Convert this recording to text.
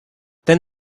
then